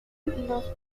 los